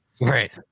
right